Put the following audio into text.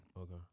Okay